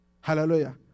Hallelujah